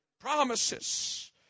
Promises